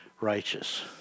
righteous